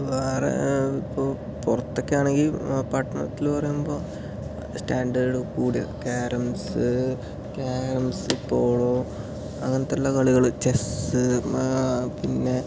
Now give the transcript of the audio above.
വേറെ ഇപ്പോ പൊറത്തക്കെയാണെങ്കി പട്ടണത്തില് പറയുമ്പോ സ്റ്റാൻഡേർഡ് കൂടിയ ക്യാരംസ് ക്യാരംസ് പോളോ അങ്ങനത്തെയുള്ള കളികൾ ചെസ്സ് പിന്നെ